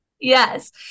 Yes